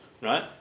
right